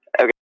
Okay